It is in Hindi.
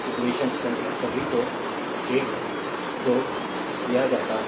इक्वेशन संख्या सभी को 1 2 दिया जाता है